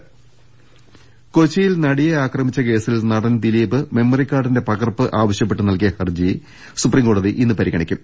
രുമ്പ്പെടു കൊച്ചിയിൽ നടിയെ ആക്രമിച്ച കേസിൽ നടൻ ദിലീപ് മെമ്മറി കാർഡിന്റെ പകർപ്പ് ആവശ്യപ്പെട്ട് നൽകിയ ഹർജി സുപ്രീംകോടതി ഇന്ന് പരിഗണിക്കും